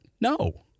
no